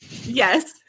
Yes